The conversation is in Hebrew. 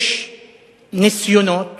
יש ניסיונות